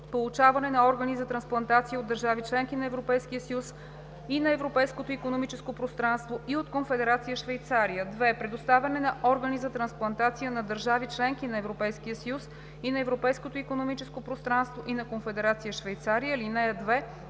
получаване на органи за трансплантация от държави – членки на Европейския съюз и на Европейското икономическо пространство и от Конфедерация Швейцария; 2. предоставяне на органи за трансплантация на държави – членки на Европейския съюз и на Европейското икономическо пространство и на Конфедерация Швейцария. (2)